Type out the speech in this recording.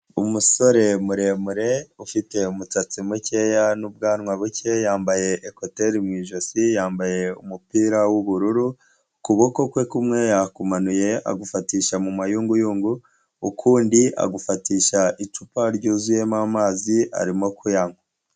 Umusore muremure, ufite umutsatsi mukeya n'ubwanwa buke, yambaye ekoteri mu ijosi, yambaye umupira w'ubururu, ukuboko kwe kumwe yakumanuye agufatisha mu mayunguyungu, ukundi agufatisha icupa ryuzuyemo amazi, arimo kuyanywa.